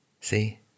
See